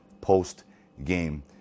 post-game